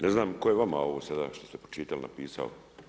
Ne znam tko je vama ovo sada što ste pročitali napisao.